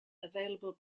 available